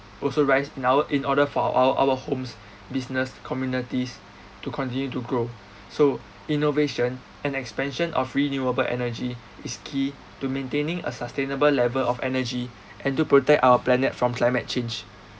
also rise now in order for our our homes business communities to continue to grow so innovation and expansion of renewable energy is key to maintaining a sustainable level of energy and to protect our planet from climate change